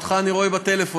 אותך אני רואה בטלפון,